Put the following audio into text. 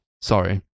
Sorry